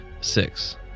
six